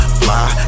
fly